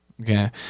Okay